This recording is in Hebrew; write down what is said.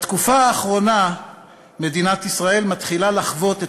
בתקופה האחרונה מדינת ישראל מתחילה לחוות את